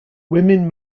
women